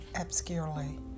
obscurely